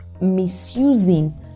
misusing